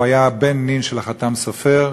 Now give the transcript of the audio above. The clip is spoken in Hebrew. הוא היה בן הנין של החת"ם סופר,